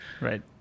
Right